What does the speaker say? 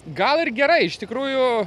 gal ir gerai iš tikrųjų